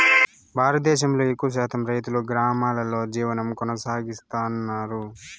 భారతదేశంలో ఎక్కువ శాతం రైతులు గ్రామాలలో జీవనం కొనసాగిస్తన్నారు